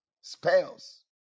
Spells